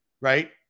right